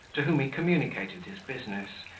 to whom he communicated his business,